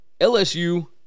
LSU